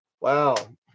Wow